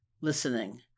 listening